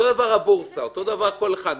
זה אותו דבר בבורסה, אותו דבר כל אחד.